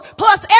plus